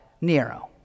Nero